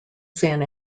san